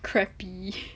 crappy